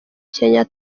kenya